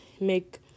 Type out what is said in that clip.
make